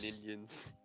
Indians